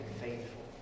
faithful